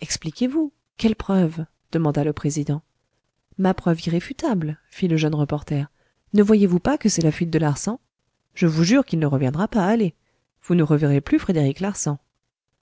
expliquez-vous quelle preuve demanda le président ma preuve irréfutable fit le jeune reporter ne voyezvous pas que c'est la fuite de larsan je vous jure qu'il ne reviendra pas allez vous ne reverrez plus frédéric larsan